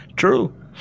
true